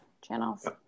channels